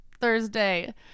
Thursday